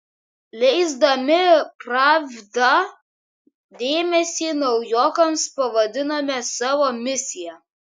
leisdami pravdą dėmesį naujokams pavadinome savo misija